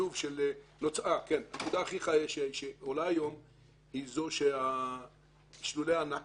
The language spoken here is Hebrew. הנקודה שעולה היום היא שיש לולי ענק